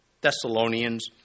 Thessalonians